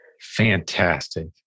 Fantastic